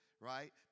right